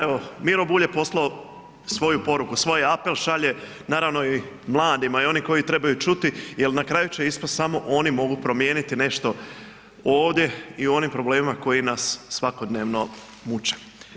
Evo Miro Bulj je poslao svoju poruku, svoj apel šalje naravno i mladima i oni koji trebaju čuti jer na kraju će ispast samo oni mogu promijeniti nešto ovdje i u onim problemima koji nas svakodnevno muče.